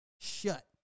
shut